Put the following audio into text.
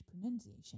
pronunciation